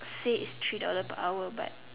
say it's three dollar per hour but